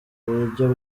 buryo